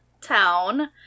town